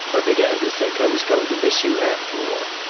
i began to think i was going to miss you after all.